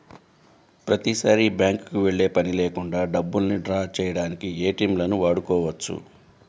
ప్రతిసారీ బ్యేంకుకి వెళ్ళే పని లేకుండా డబ్బుల్ని డ్రా చేయడానికి ఏటీఎంలను వాడుకోవచ్చు